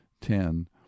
ten